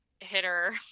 hitter